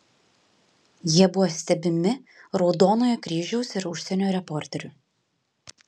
jie buvo stebimi raudonojo kryžiaus ir užsienio reporterių